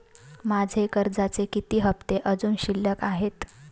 माझे कर्जाचे किती हफ्ते अजुन शिल्लक आहेत?